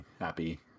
happy